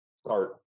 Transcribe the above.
start